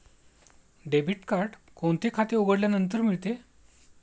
Debit card कोणते खाते उघडल्यानंतर मिळते?